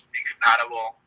incompatible